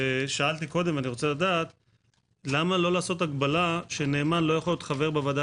שאלתי קודם - למה לא לעשות הגבלה שנאמן לא יוכל להיות חבר בוועדה